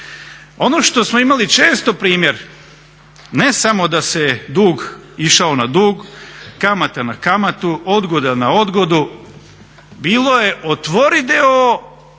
Ono što smo imali često primjer ne samo da se dug išao na dug, kamata na kamatu, odgoda na odgodu bilo je otvori d.o.o.